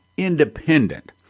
independent